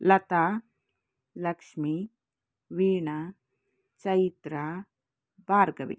Lata Lakshmi Veena Chaitra Bhargavi